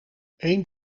een